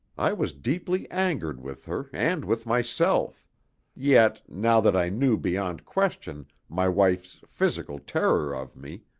i was deeply angered with her and with myself yet, now that i knew beyond question my wife's physical terror of me,